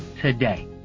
today